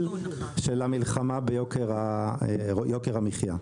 של המלחמה ביוקר המחיה.